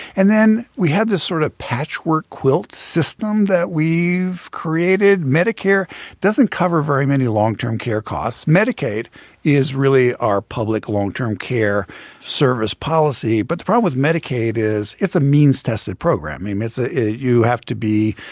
and then we have this sort of patchwork quilt system that we've created. medicare doesn't cover very many long-term care costs. medicaid is really our public long-term care service policy. but the problem with medicaid is it's a means-tested program. ah you have to be,